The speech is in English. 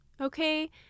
Okay